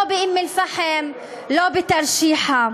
לא באום-אלפחם, לא בתרשיחא.